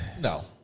No